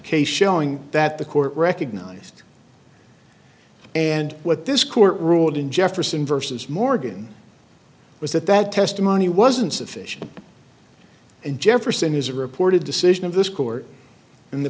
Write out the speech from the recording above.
case showing that the court recognized and what this court ruled in jefferson versus morgan was that that testimony wasn't sufficient and jefferson is a reported decision of this court in the